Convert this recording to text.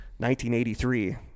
1983